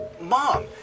Mom